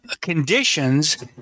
conditions